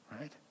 right